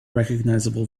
recognizable